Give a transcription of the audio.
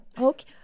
okay